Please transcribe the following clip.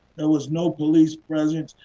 there was no police presence.